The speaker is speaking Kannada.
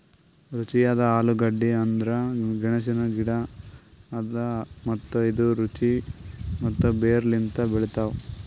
ರುಚಿಯಾದ ಆಲೂಗಡ್ಡಿ ಅಂದುರ್ ಗೆಣಸಿನ ಗಿಡ ಅದಾ ಮತ್ತ ಇದು ರುಚಿ ಮತ್ತ ಬೇರ್ ಲಿಂತ್ ಬೆಳಿತಾವ್